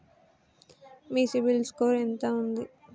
మీ CIBIL score ఎంత ఉంది?